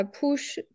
push